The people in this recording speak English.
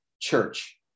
church